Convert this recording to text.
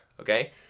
okay